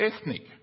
ethnic